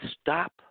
stop